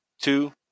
two